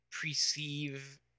perceive